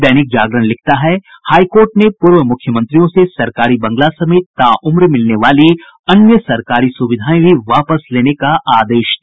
दैनिक जागरण लिखता है high court ने पूर्व मुख्यमंत्रियों से सरकारी बंगला समेत ताउम्र मिलने वाली अन्य सरकारी सुविधाएं भी वापस लेने का आदेश दिया